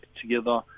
together